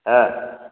ஆ